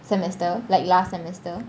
semester like last semester